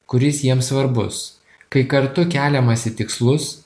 kuris jiems svarbus kai kartu keliamasi tikslus